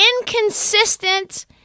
inconsistent